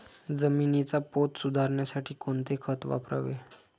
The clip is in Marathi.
जमिनीचा पोत सुधारण्यासाठी कोणते खत वापरावे?